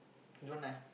you want I